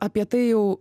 apie tai jau